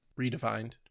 Redefined